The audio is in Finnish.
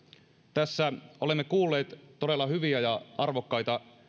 tässä olemme kuulleet todella hyviä ja arvokkaita